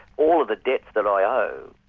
all of the debts that i owe,